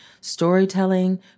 Storytelling